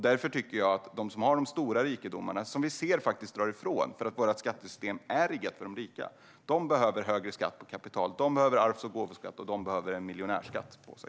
Därför tycker jag att de som har de stora rikedomarna - och som vi ser faktiskt drar ifrån, eftersom vårt skattesystem är riggat för de rika - behöver högre skatt på kapital. De behöver arvs och gåvoskatt, och de behöver en miljonärsskatt på sig.